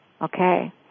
Okay